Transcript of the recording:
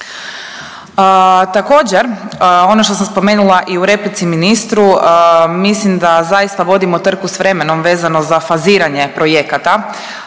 Također, ono što sam spomenula i u replici ministru, mislim da zaista vodimo trku s vremenom vezano za faziranje projekata